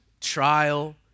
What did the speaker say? trial